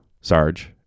Sarge